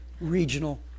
regional